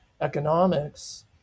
economics